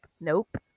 Nope